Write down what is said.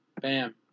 Bam